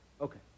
Okay